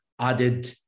added